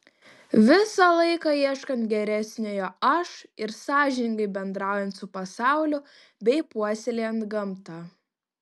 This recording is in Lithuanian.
visą laiką ieškant geresniojo aš ir sąžiningai bendraujant su pasauliu bei puoselėjant gamtą